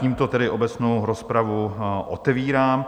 Tímto tedy obecnou rozpravu otevírám.